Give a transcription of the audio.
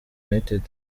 united